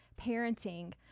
parenting